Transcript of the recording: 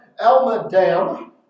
Elmadam